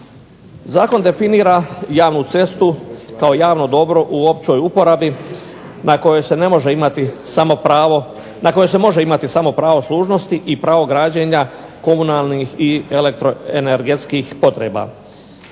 Zakon definira javnu cestu kao javno dobro u općoj uporabi na kojoj se ne može imati samo pravo, na koju se može imati samo pravo služnosti i pravo građenja komunalnih i elektroenergetskih potreba.